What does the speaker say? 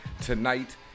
Tonight